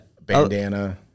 Bandana